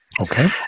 Okay